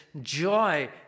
joy